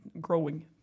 growing